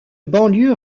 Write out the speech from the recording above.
banlieue